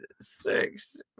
six